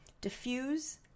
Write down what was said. diffuse